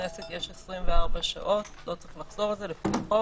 לכנסת יש 24 שעות, לא צריך לחזור על זה, לפי החוק,